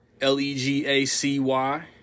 L-E-G-A-C-Y